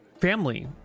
family